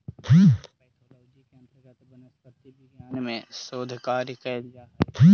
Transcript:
plant pathology के अंतर्गत वनस्पति विज्ञान में शोध कार्य कैल जा हइ